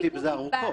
התעסקתי בזה ארוכות.